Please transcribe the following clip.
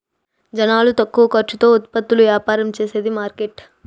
జనాలు తక్కువ ఖర్చుతో ఉత్పత్తులు యాపారం చేసేది మార్కెట్